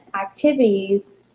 activities